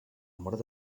mort